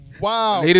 Wow